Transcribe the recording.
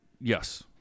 Yes